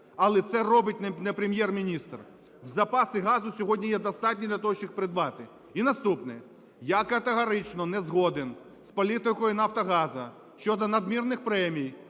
Але це робить не Прем'єр-міністр. Запаси газу сьогодні є достатні для того, щоб їх придбати. І наступне. Я категорично не згоден з політикою "Нафтогазу" щодо надмірних премій,